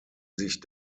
sich